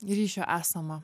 ryšio esama